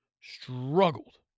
struggled